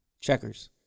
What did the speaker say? checkers